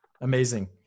Amazing